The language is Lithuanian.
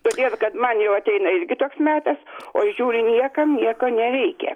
todėl kad man jau ateina irgi toks metas o ir žiūriu niekam nieko nereikia